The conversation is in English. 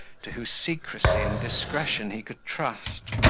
to whose secrecy and discretion he could trust.